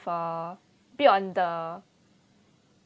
for build on the